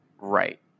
Right